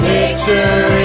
Picture